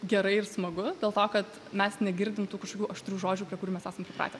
gerai ir smagu dėl to kad mes negirdim tų kažkokių aštrių žodžių prie kurių mes esam pripratę